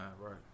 right